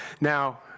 Now